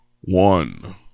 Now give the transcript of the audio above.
one